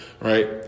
Right